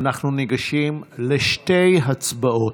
אנחנו ניגשים לשתי הצבעות.